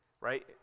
right